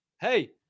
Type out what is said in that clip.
hey